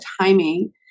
timing